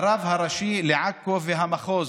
הרב הראשי של עכו והמחוז,